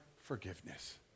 forgiveness